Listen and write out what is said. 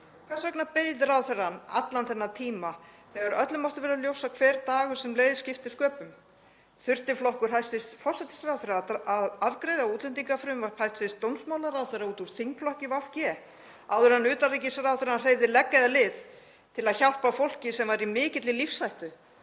Hvers vegna beið ráðherrann allan þennan tíma þegar öllum mátti vera ljóst að hver dagur sem leið skipti sköpum? Þurfti flokkur hæstv. forsætisráðherra að afgreiða útlendingafrumvarp hæstv. dómsmálaráðherra út úr þingflokki VG áður en utanríkisráðherrann hreyfði legg eða lið til að hjálpa fólki sem var í mikilli lífshættu?